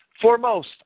Foremost